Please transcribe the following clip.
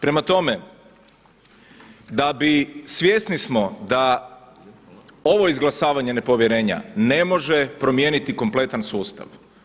Prema tome, svjesni smo da ovo izglasavanje nepovjerenja ne može promijeniti kompletan sustav.